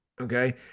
okay